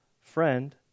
Friend